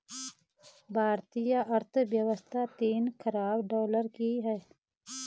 भारतीय अर्थव्यवस्था तीन ख़रब डॉलर की है